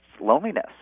loneliness